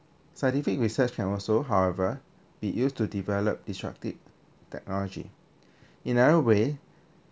scientific research can also however be used to develop disruptive technology in other way